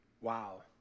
Wow